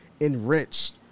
enriched